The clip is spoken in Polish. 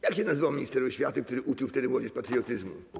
Jak się nazywał minister oświaty, który uczył wtedy młodzież patriotyzmu?